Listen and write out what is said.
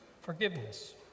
forgiveness